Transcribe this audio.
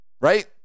right